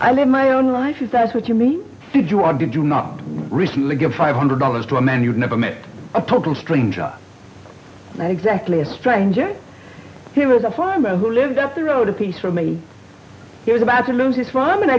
did my own life is that what you mean did you are did you not recently give five hundred dollars to a man you've never met a total stranger exactly a stranger he was a farmer who lived up the road a piece from me he was about to lose it from and i